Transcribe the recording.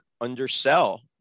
undersell